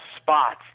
spots